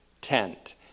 tent